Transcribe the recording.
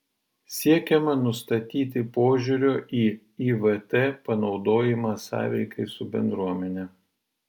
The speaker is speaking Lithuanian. siekiama nustatyti požiūrio į ivt panaudojimą sąveikai su bendruomene